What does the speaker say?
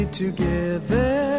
together